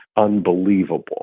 unbelievable